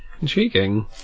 Intriguing